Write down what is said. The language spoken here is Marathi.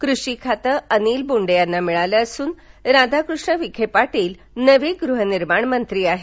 कृषी खातं अनील बोंडे यांना मिळालं असून राधाकृष्ण विखे पाटील नवे गृह निर्माण मंत्री आहेत